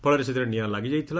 ଫଳରେ ସେଥିରେ ନିଆଁ ଲାଗିଯାଇଥିଲା